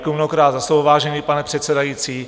Děkuji mnohokrát za slovo, vážený pane předsedající.